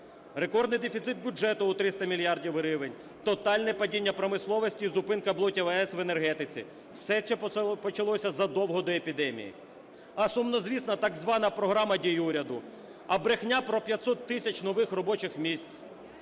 Рекордний дефіциту бюджету у 300 мільярдів гривень, тотальне падіння промисловості і зупинка блоків АЕС в енергетиці – все це почалося задовго до епідемії. А сумнозвісна так звана програма дій уряду, а брехня про 500 тисяч нових робочих місць.